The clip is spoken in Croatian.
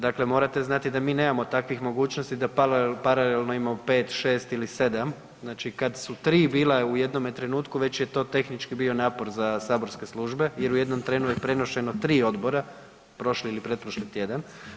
Dakle, morate znati da mi nemamo takvih mogućnosti da paralelno imamo 5, 6 ili 7, znači kada su tri bila u jednom trenutku već je to tehnički bio napor za saborske službe jer u jednom trenu je prenošeno tri odbora prošli ili pretprošli tjedan.